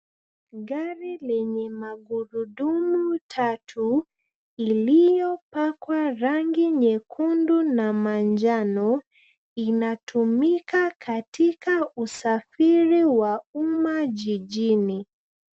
Gari lenye magurudumu tatu iliyopakwa rangi nyekundu na manjano inatumika katika usafiri wa umma jijini.